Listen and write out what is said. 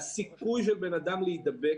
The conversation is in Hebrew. הסיכוי של בן אדם להידבק